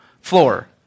floor